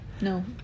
No